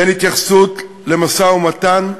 הוא שאין התייחסות למשא-ומתן מדיני,